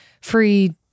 free